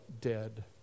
dead